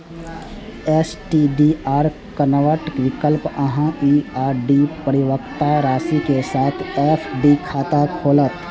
STDR convert विकल्प अहांक ई आर.डी परिपक्वता राशि के साथ एफ.डी खाता खोलत